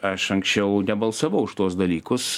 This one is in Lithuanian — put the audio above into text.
aš anksčiau nebalsavau už tuos dalykus